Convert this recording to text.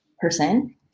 person